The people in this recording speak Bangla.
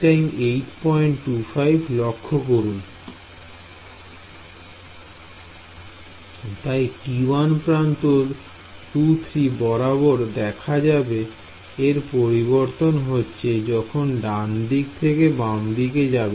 তাই T1 প্রান্ত 2 3 বরাবর দেখা যাবে এর পরিবর্তন হচ্ছে যখন ডান দিক থেকে বামদিকে যাবে